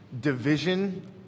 division